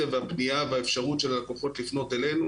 1,153 - הוא מספר גבוה בהתייחס לכך שרק 13,000 תלונות נבדקו.